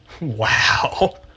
Wow